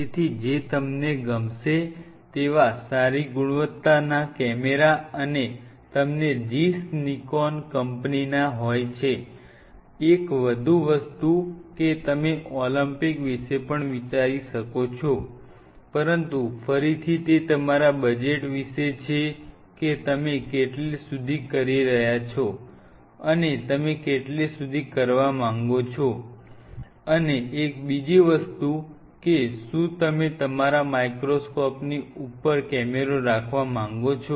તેથી જે તમને ગમશે તેવા સારી ગુણવત્તાના કેમેરા તમને ઝીસ નિકોન કંપનીના હોય છે એક વધુ વસ્તુ કે તમે ઓલિમ્પસ વિશે પણ વિચારી શકો છો પરંતુ ફરીથી તે તમારા બજેટ વિશે છે કે તમે કેટલે સુધી કરી રહ્યા છો અને તમે કેટલે સુધી કરવા માંગો છો અને એક બીજી વસ્તુ કે શું તમે તમારા માઇક્રોસ્કોપની ઉપર કેમેરો રાખ વા માંગો છો